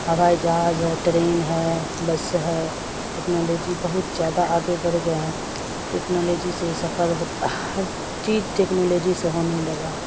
ہوائی جہاز ہے ٹرین ہے بس ہے ٹکنالوجی بہت زیادہ آگے بڑھ گئے ہیں ٹکنالوجی سے سفر ہوتا ہر چیز ٹکنالوجی سے ہونے لگا